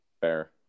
Fair